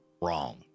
wrong